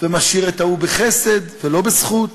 ומשאיר את ההוא בחסד ולא בזכות,